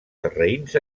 sarraïns